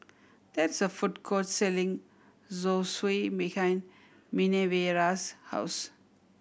there is a food court selling Zosui behind Minervia's house